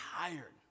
tired